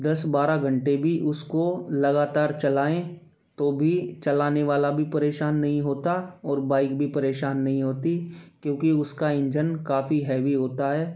दस बारह घंटे भी उसको लगातार चलाएँ तो भी चलाने वाला परेशान नहीं होता और बाइक भी परेशान नहीं होती क्योंकि उसका इंजन काफ़ी हैवी होता है